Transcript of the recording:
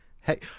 hey